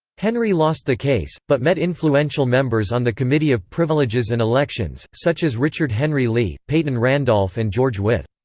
henry lost the case, but met influential members on the committee of privileges and elections, such as richard henry lee, peyton randolph and george wythe.